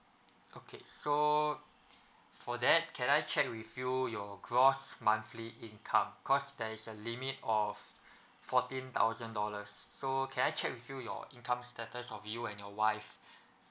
okay so for that can I check with you your gross monthly income cause there's a limit of fourteen thousand dollars so can I check with you your income status of you and your wife